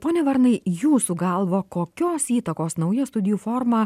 pone varnai jūsų galva kokios įtakos nauja studijų forma